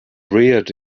reared